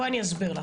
בואי ואסביר.